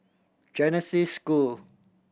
Genesis School